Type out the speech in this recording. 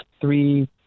three